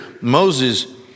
Moses